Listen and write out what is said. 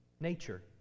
Nature